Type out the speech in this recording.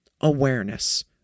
awareness